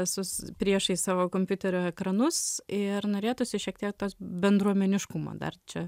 visus priešais savo kompiuterio ekranus ir norėtųsi šiek tiek bendruomeniškumo dar čia